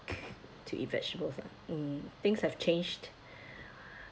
to eat vegetables ah mm things have changed